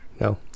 no